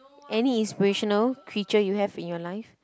any inspirational creature you have in you life